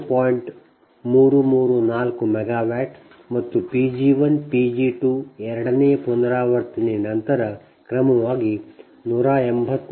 334 MW megawatt ಮತ್ತು p g 1 p g 2 ಎರಡನೇ ಪುನರಾವರ್ತನೆಯ ನಂತರ ಕ್ರಮವಾಗಿ 184